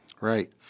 Right